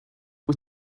wyt